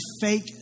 fake